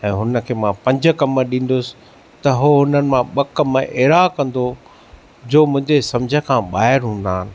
ऐ हुन खे मां पंज कम ॾींदुसि त हू हुननि मां ॿ कम अहिड़ा कंदो जो मुंहिंजे सम्झ खां ॿाहिरि हूंदानि